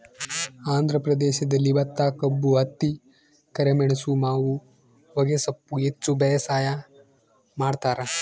ಆಂಧ್ರ ಪ್ರದೇಶದಲ್ಲಿ ಭತ್ತಕಬ್ಬು ಹತ್ತಿ ಕರಿಮೆಣಸು ಮಾವು ಹೊಗೆಸೊಪ್ಪು ಹೆಚ್ಚು ಬೇಸಾಯ ಮಾಡ್ತಾರ